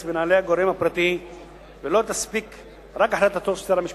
לנעלי הגורם הפרטי ולא תספיק רק החלטתו של שר המשפטים.